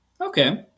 Okay